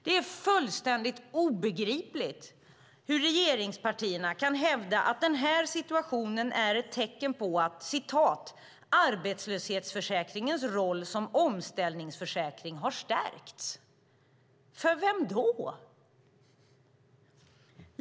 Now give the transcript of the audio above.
Det är fullständigt obegripligt hur regeringspartierna kan hävda att den här situationen är ett tecken på att arbetslöshetsförsäkringens roll som omställningsförsäkring har stärkts. För vem då?